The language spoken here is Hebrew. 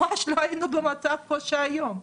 ממש לא היינו במצב כמו היום.